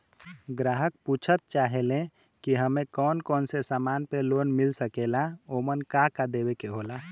ग्राहक पुछत चाहे ले की हमे कौन कोन से समान पे लोन मील सकेला ओमन का का देवे के होला?